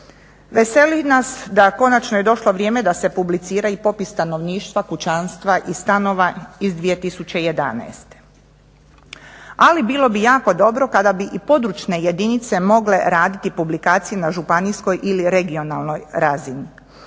Veseli nas da konačno je došlo vrijeme da se publicira i popis stanovništva, kućanstva i stanova iz 2011. Ali bilo bi jako dobro kada bi i područne jedinice mogle raditi publikacije na županijskoj ili regionalnoj razini.